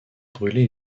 brûlé